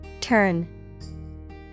Turn